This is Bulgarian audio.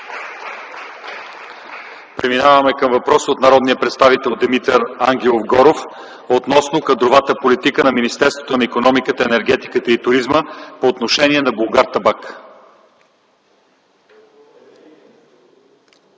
Преминаваме към въпрос от народния представител Димитър Ангелов Горов относно кадровата политика на Министерството на икономиката, енергетиката и туризма по отношение на „Булгартабак-холдинг”.